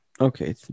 Okay